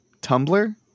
Tumblr